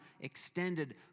extended